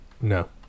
No